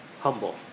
humble